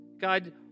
God